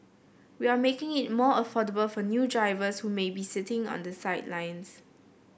we are making it more affordable for new drivers who may be sitting on the sidelines